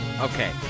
okay